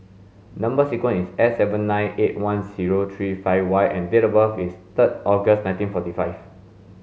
number sequence is S seven nine eight one zero three five Y and date of birth is third August nineteen forty five